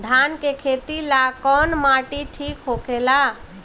धान के खेती ला कौन माटी ठीक होखेला?